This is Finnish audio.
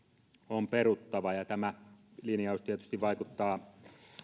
on peruttava ja tämä linjaus tietysti vaikuttaa